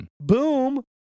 Boom